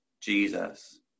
Jesus